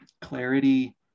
clarity